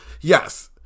Yes